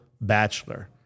bachelor